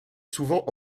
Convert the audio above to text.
souvent